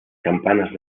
campanas